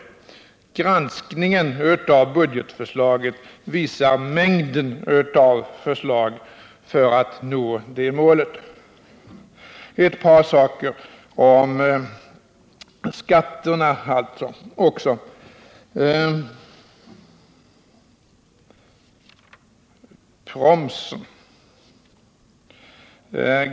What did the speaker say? En granskning av budgetpropositionen visar den mängd förslag som finns för att nå det målet. Ett par saker om skatterna och ”promsen” också.